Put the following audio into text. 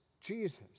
Jesus